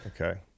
Okay